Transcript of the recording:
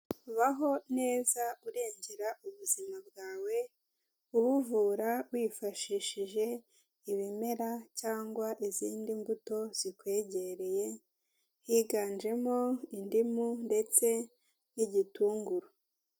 Baho neza urengera ubuzima bwawe, ubuvura wifashishije ibimera cyangwa izindi mbuto zikwegereye, higanjemo indimu ndetse n'igitunguru.